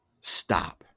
stop